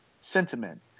sentiment